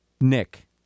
Nick